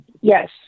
Yes